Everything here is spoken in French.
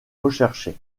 recherché